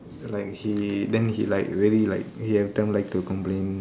like he then he like really like every time like to complain